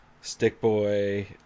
stick-boy